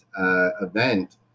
event